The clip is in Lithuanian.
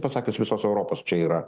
pasakius visos europos čia yra